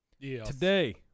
today